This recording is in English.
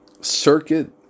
circuit